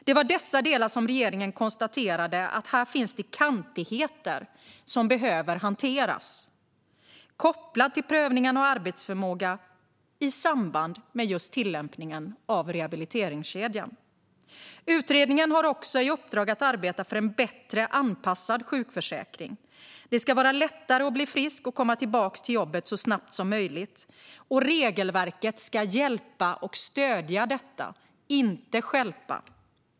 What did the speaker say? Det var i dessa delar som regeringen konstaterade att det fanns kantigheter som behövde hanteras kopplat till prövningarna av arbetsförmåga i samband med just tillämpningen av rehabiliteringskedjan. Utredningen har också i uppdrag att arbeta för en bättre anpassad sjukförsäkring. Det ska vara lättare att bli frisk och komma tillbaka till jobbet så snabbt som möjligt. Regelverket ska hjälpa och stödja detta, inte stjälpa.